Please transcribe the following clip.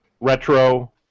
retro